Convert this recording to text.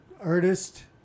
artist